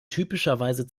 typischerweise